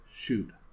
Shoot